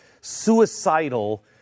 suicidal